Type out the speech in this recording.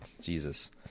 Jesus